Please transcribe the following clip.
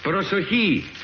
but um so he